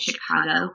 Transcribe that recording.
Chicago